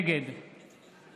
נגד